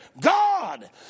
God